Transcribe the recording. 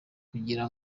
kugira